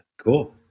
Cool